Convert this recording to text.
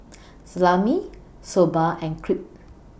Salami Soba and Crepe